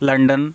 London